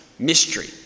Mystery